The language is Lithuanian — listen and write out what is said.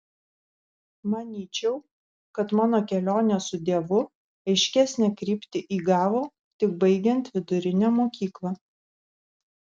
manyčiau kad mano kelionė su dievu aiškesnę kryptį įgavo tik baigiant vidurinę mokyklą